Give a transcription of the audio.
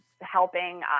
helping